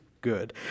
Good